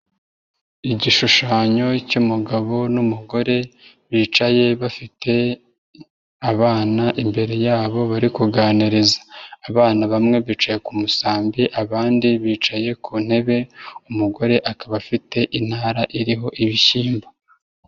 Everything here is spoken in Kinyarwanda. Igishushanyo cy'umugabo n'umugore bicaye bafite abana imbere yabo bari kuganiriza, abana bamwe bicaye ku musambi abandi bicaye ku ntebe, umugore akaba afite intara iriho ibishyimbo.